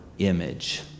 image